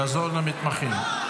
לעזור למתמחים.